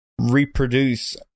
reproduce